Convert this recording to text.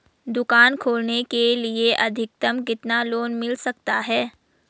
दुकान खोलने के लिए अधिकतम कितना लोन मिल सकता है?